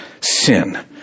sin